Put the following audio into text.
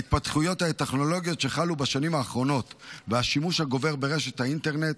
ההתפתחויות הטכנולוגיות שחלו בשנים האחרונות והשימוש הגובר באינטרנט,